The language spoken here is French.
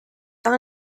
tain